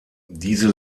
diese